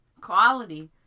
Quality